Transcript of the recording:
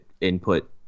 input